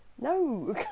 no